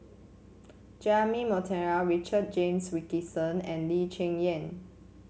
Jeremy Monteiro Richard James Wilkinson and Lee Cheng Yan